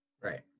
Right